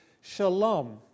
shalom